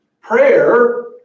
Prayer